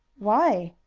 why?